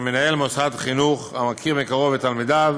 מנהל מוסד החינוך המכיר מקרוב את תלמידיו